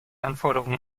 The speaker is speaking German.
anforderungen